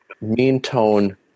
mean-tone